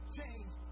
Change